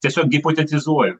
tiesiog hipotetizuoju